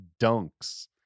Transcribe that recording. dunks